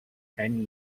ten